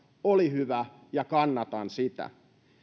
oli hyvä ja kannatan sitä